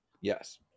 Yes